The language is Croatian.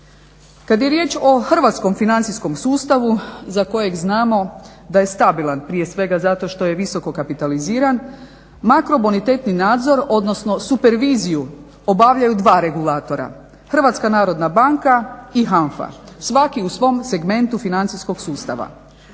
Kada je riječ o hrvatskom financijskom sustavu za kojeg znamo da je stabilan prije svega zato što je visokokapitaliziran, makrobonitetni nadzor odnosno superviziju obavljaju dva regulatora, HNB-a i HANFA, svaki u svom segmentu financijskog sustava.